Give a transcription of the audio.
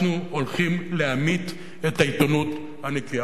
אנחנו הולכים להמית את העיתונות הנקייה.